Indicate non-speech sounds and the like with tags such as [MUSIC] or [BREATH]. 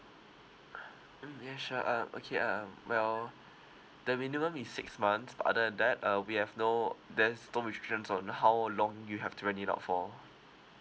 [BREATH] mm yeah sure uh okay um well the minimum is six months but other than that uh we have no there's no restrictions on how long you have to rent it out for